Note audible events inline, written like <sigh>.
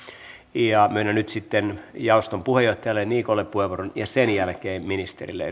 ja myönnän nyt sitten jaoston puheenjohtajalle niikolle puheenvuoron ja sen jälkeen ministerille <unintelligible>